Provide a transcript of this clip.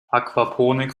aquaponik